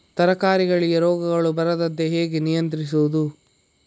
ತರಕಾರಿಗಳಿಗೆ ರೋಗಗಳು ಬರದಂತೆ ಹೇಗೆ ನಿಯಂತ್ರಿಸುವುದು?